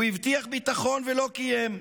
הוא הבטיח ביטחון, ולא קיים,